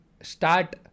start